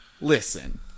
Listen